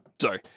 Sorry